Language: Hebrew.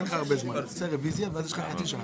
שלא עשיתם בכלל כשביקשנו.